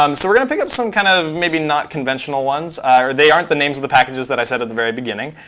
um so we're going to pick up some kind of maybe not conventional ones, or they aren't the names of the packages that i said at the very beginning.